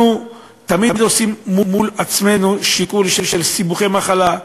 אנחנו תמיד עושים מול עצמנו שיקול של סיבוכי מחלה,